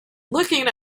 looking